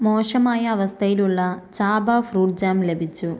മോശമായ അവസ്ഥയിലുള്ള ചാബാ ഫ്രൂട്ട് ജാം ലഭിച്ചു